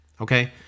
Okay